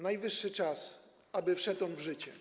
Najwyższy czas, aby wszedł on w życie.